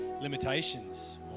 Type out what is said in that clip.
limitations